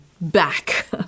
back